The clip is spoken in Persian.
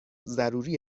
ضروری